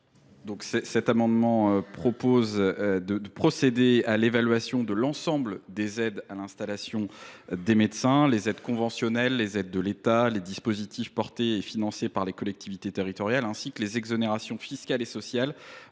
Cet amendement vise à procéder à l’évaluation de l’ensemble des aides à l’installation proposées aux médecins : aides conventionnelles, aides de l’État, dispositifs portés et financés par les collectivités territoriales, exonérations fiscales et sociales